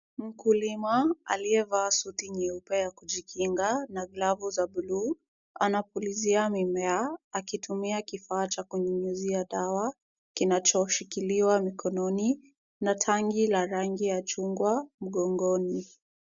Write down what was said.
Mkulima aliyevaa suti nyeupe ya kujikinga na glavu za bluu anapulizia mimea akitumia kifaa cha kunyunyuzia dawa kinachoshikiliwa mikononi na tangi la rangi ya chungwa mgongoni.